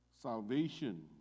Salvation